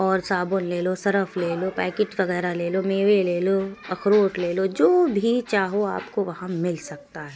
اور صابن لے لو سرف لے لو پیکیٹ وغیرہ لے لو میوے لے لو اخروٹ لے لو جو بھی چاہو آپ کو وہاں مل سکتا ہے